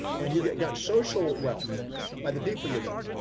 and you've got social wealth by the people, you know,